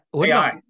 AI